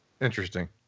interesting